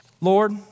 Lord